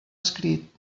escrit